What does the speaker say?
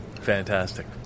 Fantastic